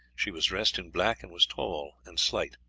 she was dressed in black, and was tall and slight.